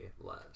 less